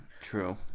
true